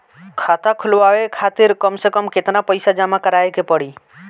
खाता खुलवाये खातिर कम से कम केतना पईसा जमा काराये के पड़ी?